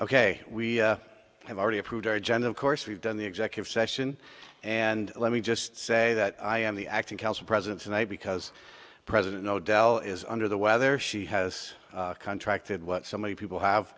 we have already approved our agenda of course we've done the executive session and let me just say that i am the acting president tonight because president no dell is under the weather she has contracted what so many people have